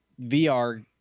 VR